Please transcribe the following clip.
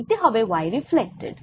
নিতে হবে y reflected